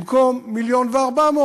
במקום 1.4 מיליון,